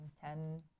Ten